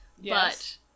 Yes